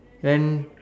then